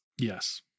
Yes